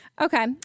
okay